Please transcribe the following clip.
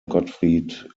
gottfried